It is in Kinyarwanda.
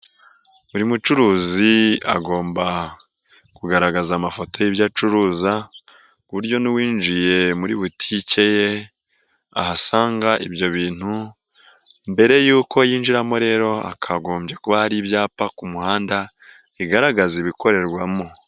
Buri mucuruzi agomba kugaragaza amafoto y'ibyo acuruza ku buryo n'uwinjiye muri butike ye, ahasanga ibyo bintu mbere yuko yinjiramo rero hakagombye kuba hari ibyapa ku muhanda, bigaragaza ibikorerwamo.